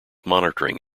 monitoring